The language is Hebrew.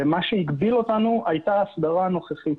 מה שהגביל אותנו הייתה ההסדרה הנוכחית.